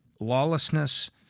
lawlessness